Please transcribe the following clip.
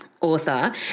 author